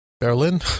berlin